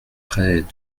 près